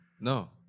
No